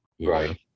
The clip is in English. Right